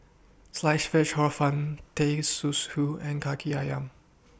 Sliced Fish Hor Fun Teh Susu and Kaki Ayam